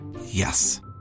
Yes